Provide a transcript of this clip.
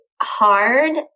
hard